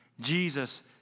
Jesus